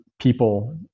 people